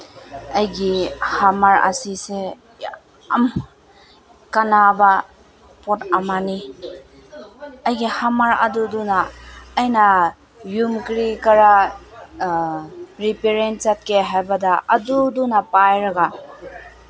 ꯑꯩꯒꯤ ꯍꯥꯝꯃꯔ ꯑꯁꯤꯁꯦ ꯌꯥꯝ ꯀꯥꯅꯕ ꯄꯣꯠ ꯑꯃꯅꯤ ꯑꯩꯒꯤ ꯍꯥꯝꯃꯔ ꯑꯗꯨꯗꯨꯅ ꯑꯩꯅ ꯌꯨꯝ ꯀꯔꯤ ꯀꯔꯥ ꯔꯤꯄ꯭ꯌꯥꯔꯤꯡ ꯆꯠꯀꯦ ꯍꯥꯏꯕꯗ ꯑꯗꯨꯗꯨꯅ ꯄꯥꯏꯔꯒ